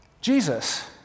Jesus